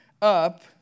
up